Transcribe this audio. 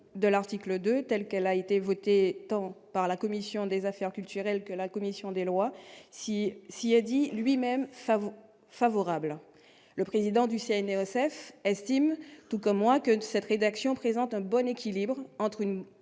de l'article 2, telle qu'elle a été votée, tant par la commission des affaires culturelles que la commission des lois, si, si, il a dit lui-même favo favorable, le président du CNR SF estime tout comme moi, que cette rédaction présente un bon équilibre entre une